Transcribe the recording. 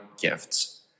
gifts